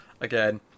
Again